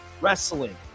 wrestling